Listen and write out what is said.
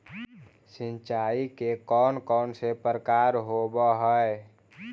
सिंचाई के कौन कौन से प्रकार होब्है?